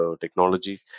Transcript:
technology